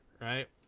right